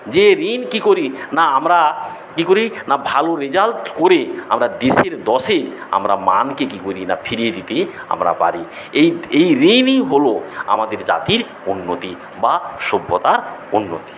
যে ঋণ কি করি না আমরা কি করি না ভালো রেজাল্ট করে আমরা দেশের দশে আমরা মানকে কি করি না ফিরিয়ে দিতে আমরা পারি এই ঋণই হলো আমাদের জাতির উন্নতি বা সভ্যতার উন্নতি